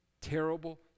terrible